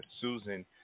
Susan